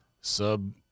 sub